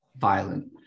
violent